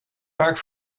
vaak